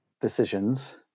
decisions